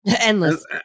Endless